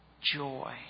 Joy